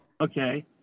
Okay